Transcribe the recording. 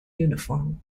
uniform